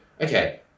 okay